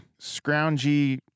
scroungy